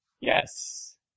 Yes